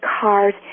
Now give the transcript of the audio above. cars